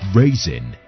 raising